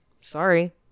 Sorry